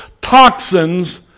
toxins